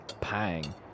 Pang